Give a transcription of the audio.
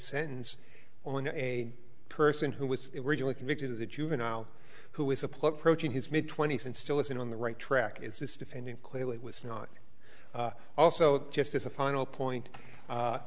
sentence on a person who was originally convicted as a juvenile who is a player protein his mid twenty's and still isn't on the right track is this defendant clearly was not also just as a final point